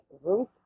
Ruth